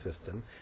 system